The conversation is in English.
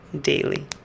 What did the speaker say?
daily